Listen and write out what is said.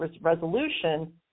resolution